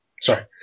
sorry